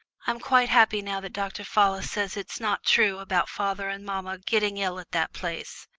i'm quite happy now that dr. fallis says it's not true about father and mamma getting ill at that place,